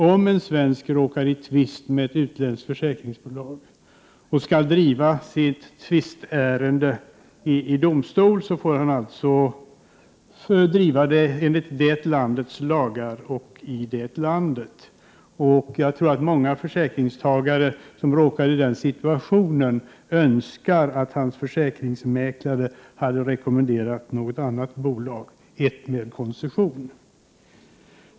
Om en svensk råkar i tvist med ett utländskt försäkringsbolag och skall driva sitt tvisteärende i domstol, får han alltså driva det enligt det främmande landets lagar och i det landet. Jag tror att många försäkringstagare som råkar i den situationen önskar att deras försäkringsmäklare hade rekommenderat något annat bolag — ett med koncession.